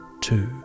Two